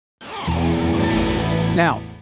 Now